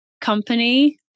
company